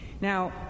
Now